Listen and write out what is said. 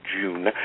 June